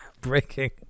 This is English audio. breaking